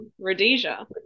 Rhodesia